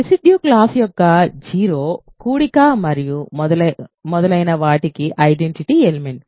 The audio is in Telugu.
రెసిడ్యూ క్లాస్ యొక్క 0 కూడిక మరియు మొదలైన వాటికి ఐడెంటిటీ ఎలిమెంట్